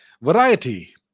variety